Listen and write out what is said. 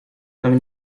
tam